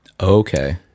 Okay